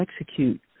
execute